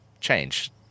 change